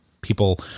people